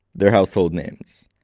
they're household names.